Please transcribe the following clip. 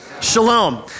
Shalom